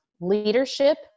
leadership